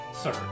sir